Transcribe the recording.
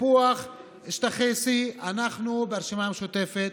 סיפוח שטחי C. אנחנו ברשימה המשותפת